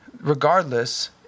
Regardless